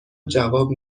جواب